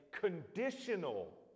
conditional